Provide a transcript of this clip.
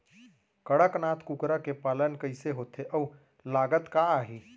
कड़कनाथ कुकरा के पालन कइसे होथे अऊ लागत का आही?